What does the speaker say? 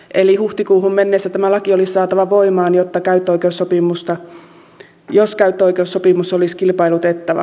eli huhtikuuhun mennessä tämä laki olisi saatava voimaan jos käyttöoikeussopimus olisi kilpailutettava